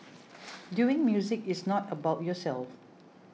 doing music is not about yourself